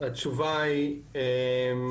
רגע,